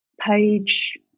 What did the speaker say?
page